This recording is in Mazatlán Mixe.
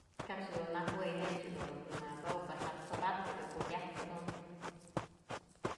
Kabëch dun nëjuëy neyb ëch dun nuk na at'sowëp pero ja t'sobat yëdun jukyajtë jadun.